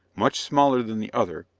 much smaller than the other,